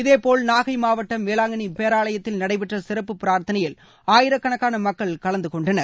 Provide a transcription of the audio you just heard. இதேபோல் நாகை மாவட்டம் வேளாங்கண்ணி பேராவயத்தில் நடைபெற்ற சிறப்பு பிரார்த்தனையில் ஆயிரக்கணக்கான மக்கள் கலந்து கொண்டனர்